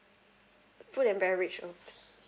food and beverage oh